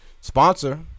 sponsor